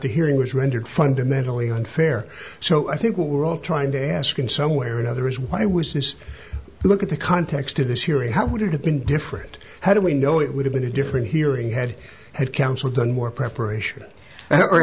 the hearing was rendered fundamentally unfair so i think what we're all trying to ask in some way or another is why was this look at the context of this hearing how would it have been different how do we know it would have been a different hearing had had counsel done more preparation